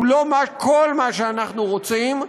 הוא לא כל מה שאנחנו רוצים,